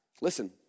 Listen